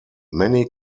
many